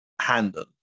handle